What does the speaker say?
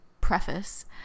preface